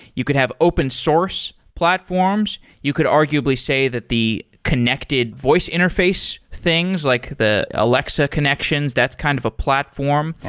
you could have open source platforms. you could arguably say that the connected voice interface things, like the alexa connections, that's kind of a platform yeah,